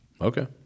Okay